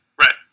Right